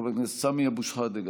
חבר הכנסת סמי אבו שחאדה,